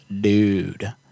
dude